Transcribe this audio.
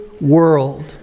world